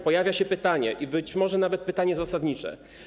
Pojawia się pytanie, być może nawet pytanie zasadnicze.